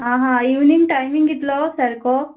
आ हा evening timing कितलो सारको